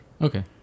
Okay